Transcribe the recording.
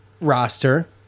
roster